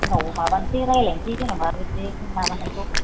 उनाव माबानसै रायज्लायनसै जेन'बा बिदि माबानायखौ